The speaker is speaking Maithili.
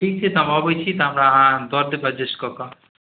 ठीक छै तऽ हम अबै छी तऽ हमरा अहाँ दऽ देब एडजस्ट कऽ कऽ